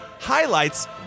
highlights